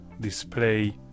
display